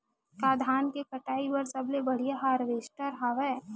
का धान के कटाई बर सबले बढ़िया हारवेस्टर हवय?